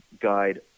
guide